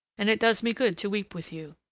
and it does me good to weep with you.